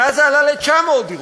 מאז זה עלה ל-900 דירות.